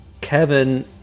Kevin